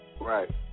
Right